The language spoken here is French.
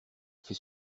fait